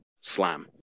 slam